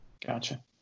gotcha